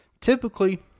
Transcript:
typically